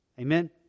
Amen